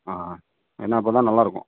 ஆ ஆ ஏன்னா அப்போதான் நல்லா இருக்கும்